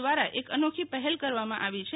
દ્વારા એક અનોખી પહેલ કરવામાં આવી છે